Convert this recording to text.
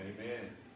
Amen